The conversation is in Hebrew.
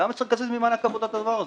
למה צריך לקזז ממענק עבודה את הדבר הזה?